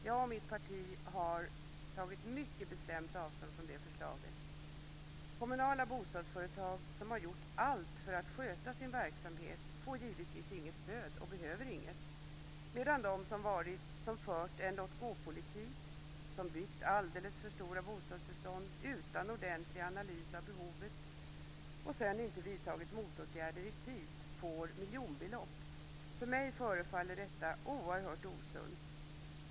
Jag och mitt parti har tagit mycket bestämt avstånd från det förslaget. Kommunala bostadsföretag som har gjort allt för att sköta sin verksamhet får givetvis inget stöd och behöver inget, medan de som har fört en låtgåpolitik, som byggt alldeles för stora bostadsbestånd utan ordentlig analys av behovet och sedan inte vidtagit motåtgärder i tid, får miljonbelopp. För mig förefaller detta oerhört osunt.